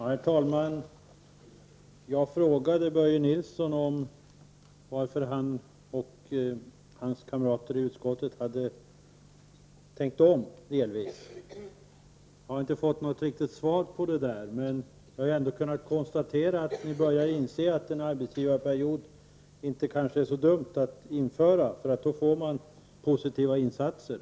Herr talman! Jag frågade Börje Nilsson om varför han och hans kamrater hade tänkt om delvis. Jag har inte fått något riktigt svar, men jag har ändå kunnat konstatera att ni börjar inse att det kanske inte är så dumt med en arbetsgivarperiod. Då får man nämligen positiva insatser.